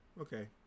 okay